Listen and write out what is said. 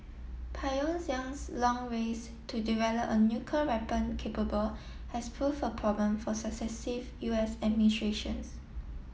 Pyongyang's long race to develop a nuclear weapon capable has prove a problem for successive U S administrations